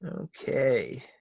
Okay